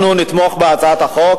אנחנו נתמוך בהצעת החוק.